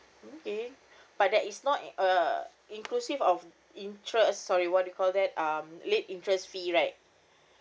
okay but that is not uh inclusive of interest sorry what you call that um late interest fee right